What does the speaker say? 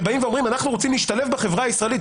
שבאים ואומרים: אנחנו רוצים להשתלב בחברה הישראלית,